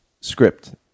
script